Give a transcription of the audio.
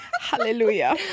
Hallelujah